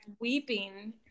weeping